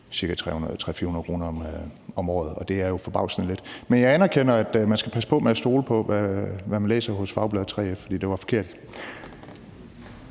ca. 300-400 kr. om året, og det er jo forbavsende lidt. Men jeg anerkender, at man skal passe på med at stole på, hvad man læser hos fagbladet 3F, for det var forkert.